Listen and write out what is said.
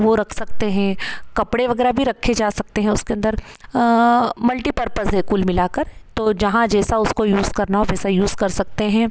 वो रख सकते हैं कपड़े वगैरह भी रखे जा सकते हैं उसके अंदर मल्टीपर्पज़ है कुल मिलाकर तो जहाँ जैसा उसकाे यूज़ करना हो वैसा यूज़ कर सकते हैं